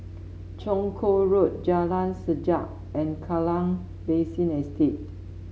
Chong Kuo Road Jalan Sajak and Kallang Basin Estate